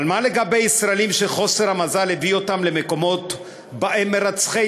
אבל מה לגבי ישראלים שחוסר המזל הביא אותם למקומות שבהם מרצחי